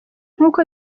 nkuko